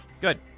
Good